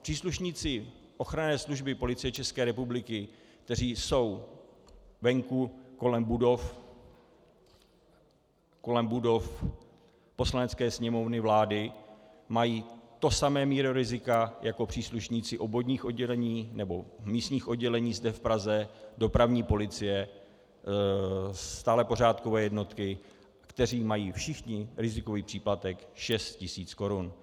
Příslušníci ochranné služby Policie České republiky, kteří jsou venku, kolem budov Poslanecké sněmovny, vlády, mají tu samou míru rizika jako příslušníci obvodních oddělení nebo místních oddělení zde v Praze, dopravní policie, stálé pořádkové jednotky, kteří mají všichni rizikový příplatek 6 tisíc korun.